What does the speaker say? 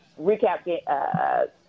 recap